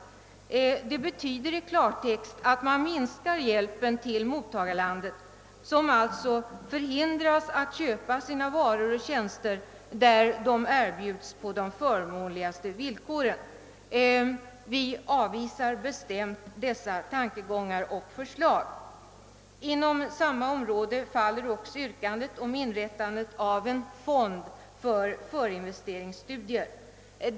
Det betyder i klartext att man minskar hjälpen till mottagarlandet, som alltså hindras att köpa sina varor och tjänster där dessa erbjuds på de förmånligaste villkoren. Vi avvisar bestämt sådana tankegångar och förslag. Inom samma område faller också yrkandet om inrättande av en fond för förinvesteringsstudier.